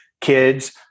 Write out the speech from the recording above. kids